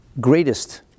greatest